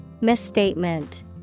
Misstatement